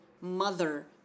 mother